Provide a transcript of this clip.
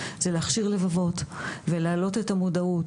זה להכשיר לבבות ולהעלות את המודעות